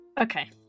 okay